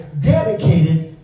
dedicated